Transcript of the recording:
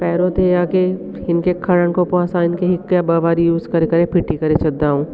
पहिरियों त इहा आहे की हिन खे खणण खां पोइ असांखे हिकु या ॿ बारी यूस करे फिटी करे छॾंदाऊं